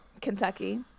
kentucky